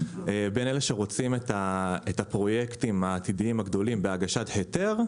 בין אלה שרוצים את הפרויקטים העתידיים הגדולים בהגשת היתר,